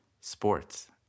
sports